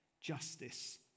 justice